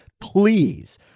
Please